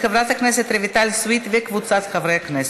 עברה בקריאה טרומית ועוברת לוועדת העבודה,